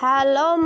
Hello